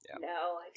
No